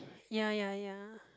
ya ya ya